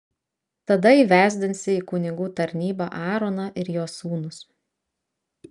tada įvesdinsi į kunigų tarnybą aaroną ir jo sūnus